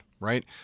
Right